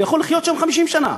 הוא יכול לחיות שם 50 שנה.